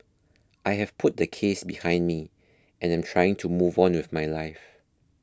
I have put the case behind me and am trying to move on with my life